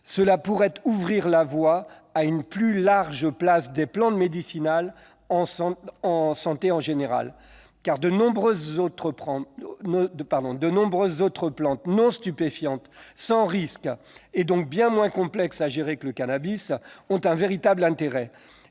cela pourra ouvrir la voie à une plus large place des plantes médicinales dans la santé en général. Car de nombreuses autres plantes, qui ne sont pas des stupéfiants et sont sans risques, et qui sont donc bien moins complexes à gérer que le cannabis, ont un véritable intérêt.